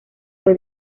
fue